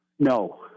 No